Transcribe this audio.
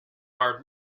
our